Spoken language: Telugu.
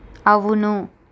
అవును